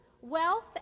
wealth